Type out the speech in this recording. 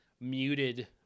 muted